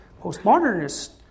postmodernists